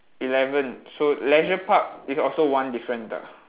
eleven so leisure park is also one difference ah